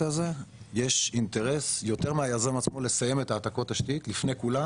הזה יש אינטרס יותר מהיזם עצמו לסיים את העתקות התשתית לפני כולם.